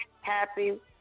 happy